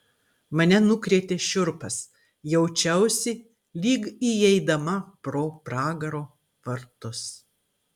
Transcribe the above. mane nukrėtė šiurpas jaučiausi lyg įeidama pro pragaro vartus